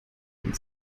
einen